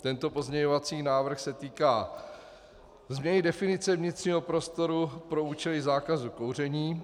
Tento pozměňovací návrh se týká změny definice vnitřního prostoru pro účely zákazu kouření.